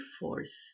force